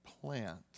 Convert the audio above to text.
plant